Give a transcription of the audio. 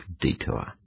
detour